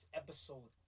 episode